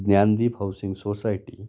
Gyandeep housing society